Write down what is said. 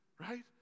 Right